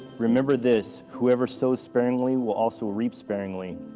remember this whoever sows sparingly will also reap sparingly,